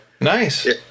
Nice